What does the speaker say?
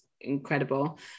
incredible